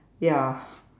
ya